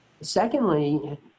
Secondly